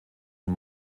und